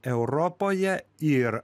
europoje ir